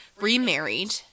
remarried